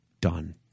Done